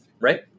Right